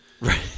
Right